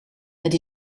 het